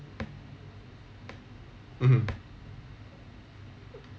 mmhmm